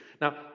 Now